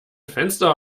fenster